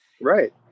Right